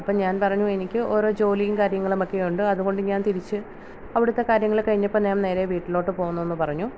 അപ്പോൾ ഞാൻ പറഞ്ഞു എനിക്ക് ഓരോ ജോലീം കാര്യങ്ങളുമൊക്കെയുണ്ട് അതുകൊണ്ട് ഞാൻ തിരിച്ച് അവിടത്തേ കാര്യങ്ങൾ കഴിഞ്ഞപ്പോൾ ഞാൻ നേരെ വീട്ടിലോട്ട് പോന്നെന്ന് പറഞ്ഞു